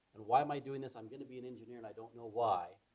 and why am i doing this? i'm going to be an engineer and i don't know why.